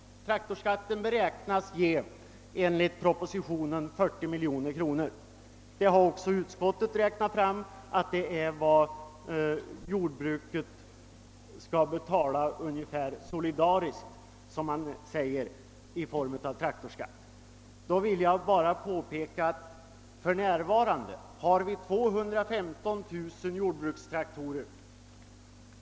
Traktorskatten beräknas enligt propositionen ge 40 miljoner kronor. Utskottet har också räknat fram att det är vad jordbruket skall betala solidariskt, som man säger, i form av traktorskatt. Med anledning därav vill jag bara påpeka att vi för närvarande har 215 000 jordbrukstraktorer.